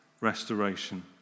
Restoration